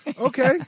Okay